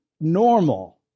normal